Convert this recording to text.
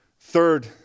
Third